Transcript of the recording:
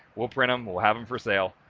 we'll print them will have them for sale.